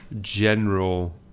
general